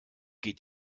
geht